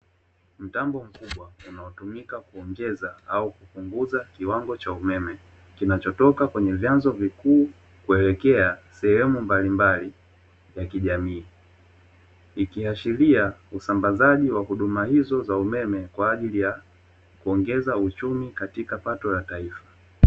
Mtambo mkubwa unaotumika kuongeza au kupunguza kiwango cha umeme kinachotoka kwenye vyanzo vikuu waeyoelekea sehemu mbalimbali ya kijamii, ikiashiria usambazaji wa huduma hizo za umeme kwa ajili ya kuongeza uchumi katika pato la taifa.